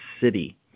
city